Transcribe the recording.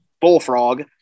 Bullfrog